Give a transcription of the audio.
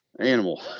animal